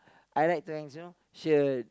I like to hangs to you know shirt